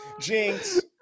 Jinx